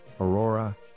Aurora